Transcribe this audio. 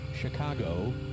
Chicago